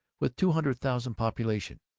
with two hundred thousand population,